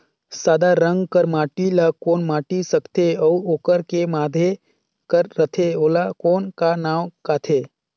सादा रंग कर माटी ला कौन माटी सकथे अउ ओकर के माधे कर रथे ओला कौन का नाव काथे?